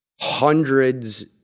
Hundreds